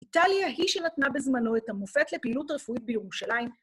איטליה היא שנתנה בזמנו את המופת לפעילות רפואית בירושלים.